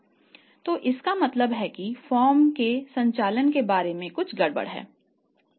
तो इसका मतलब है कि फर्म के संचालन के बारे में कुछ गड़बड़ है